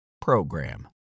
PROGRAM